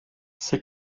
ces